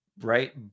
Right